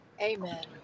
Amen